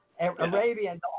Arabian